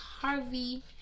Harvey